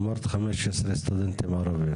אמרת 15 סטודנטים ערבים.